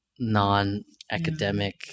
non-academic